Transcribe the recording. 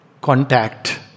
contact